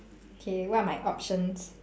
K what are my options